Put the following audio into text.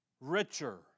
richer